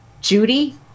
Judy